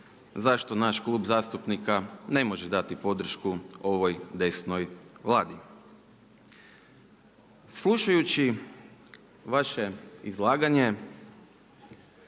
zašto naš klub zastupnika ne može dati podršku ovoj desnoj Vladi. Slušajući vaše izlaganje